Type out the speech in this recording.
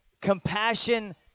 compassion